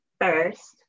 first